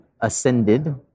ascended-